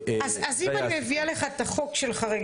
אני מראה לך את הצעת החוק שלך.